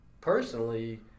personally